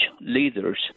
leaders